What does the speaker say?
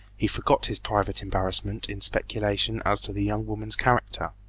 he forgot his private embarrassment in speculation as to the young woman's character.